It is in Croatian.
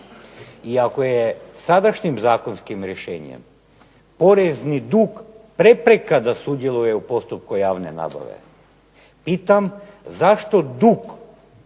I ako je sadašnjim zakonskim rješenjem porezni dug prepreka da sudjeluje u postupku javne nabave, zašto dug